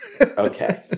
Okay